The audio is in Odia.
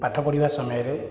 ପାଠ ପଢ଼ିବା ସମୟରେ